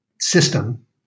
system